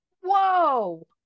Whoa